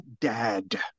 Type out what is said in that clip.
dad